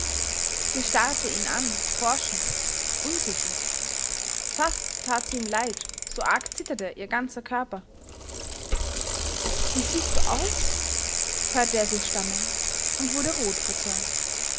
sie starrte ihn an forschend unsicher fast tat sie ihm leid so arg zitterte ihr ganzer körper wie siehst du aus hörte er sie stammeln und wurde rot vor zorn